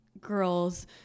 girls